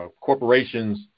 corporations